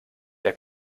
wer